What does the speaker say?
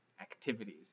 activities